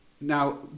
now